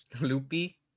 Loopy